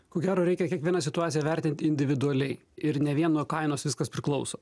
ko gero reikia kiekvieną situaciją vertinti individualiai ir ne vien nuo kainos viskas priklauso